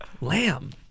Lamb